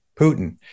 Putin